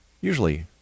usually